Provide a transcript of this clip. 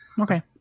Okay